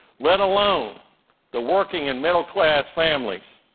let alone the working and middle-class families.